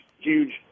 huge